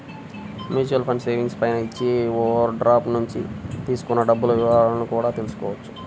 mutual funds savings పై ఇచ్చిన overdraft నుంచి తీసుకున్న డబ్బుల వివరాలను కూడా తెల్సుకోవచ్చు